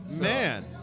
Man